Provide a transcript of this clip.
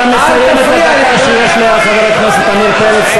אתה מסיים את הדקה שיש לחבר הכנסת עמיר פרץ,